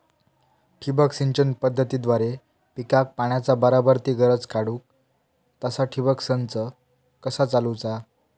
ठिबक सिंचन पद्धतीद्वारे पिकाक पाण्याचा बराबर ती गरज काडूक तसा ठिबक संच कसा चालवुचा?